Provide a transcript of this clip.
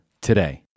today